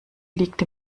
liegt